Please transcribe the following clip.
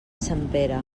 sempere